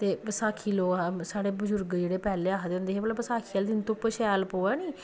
ते बसाखी लोक साढ़े बजुर्ग जेह्ड़े पैह्ले आखदे होंदे हे कि भला बसाखी आह्ले दिन धुप्प शैल पोऐ निं